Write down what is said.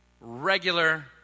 regular